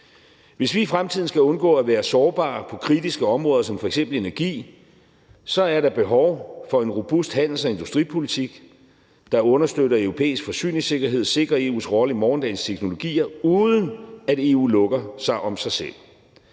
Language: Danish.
Hvis vi i fremtiden skal undgå at være sårbare på kritiske områder som f.eks. energi, så er der behov for en robust handels- og industripolitik, der understøtter europæisk forsyningssikkerhed og sikrer EU's rolle i morgendagens teknologier, uden at EU lukker sig om sig selv.